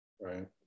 right